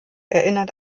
erinnert